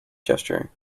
gesture